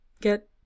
Get